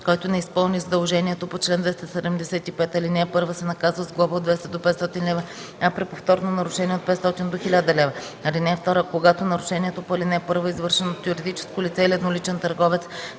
който не изпълни задължението по чл. 275, ал. 1, се наказва с глоба от 200 до 500 лв., а при повторно нарушение – от 500 до 1000 лв. (2) Когато нарушението по ал. 1 е извършено от юридическо лице или едноличен търговец,